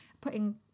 putting